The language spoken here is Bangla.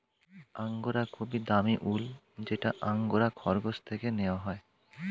অ্যাঙ্গোরা খুবই দামি উল যেটা অ্যাঙ্গোরা খরগোশ থেকে নেওয়া হয়